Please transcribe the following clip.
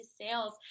Sales